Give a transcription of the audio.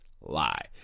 lie